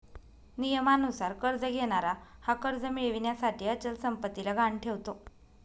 नियमानुसार कर्ज घेणारा हा कर्ज मिळविण्यासाठी अचल संपत्तीला गहाण ठेवतो